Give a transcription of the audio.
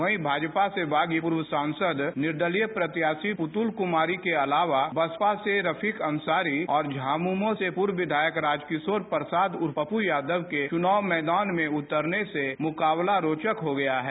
वहीं भाजपा से बागी पूर्व सांसद निर्दलीय प्रत्याशी पुतुल कुमारी के अलावा बसपा से रफीक अंसारी और झामुमो से पूर्व विधायक राज किशोर प्रसाद उर्फ पप्पू यादव के चुनाव मैदान में उतरने से मुकाबला रोचक हो गया है